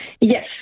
Yes